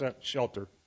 shelter